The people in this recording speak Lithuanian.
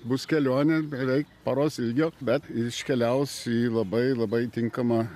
bus kelionė beveik paros ilgio bet iškeliaus į labai labai tinkamą